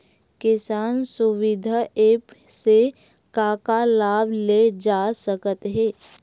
किसान सुविधा एप्प से का का लाभ ले जा सकत हे?